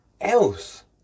else